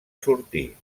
sortir